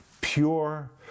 pure